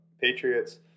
Patriots